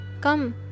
Come